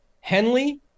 Henley